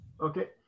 Okay